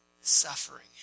suffering